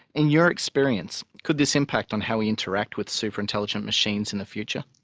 in your experience could this impact on how we interact with super-intelligent machines in the future.